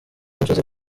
umusozi